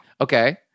Okay